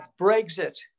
Brexit